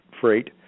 freight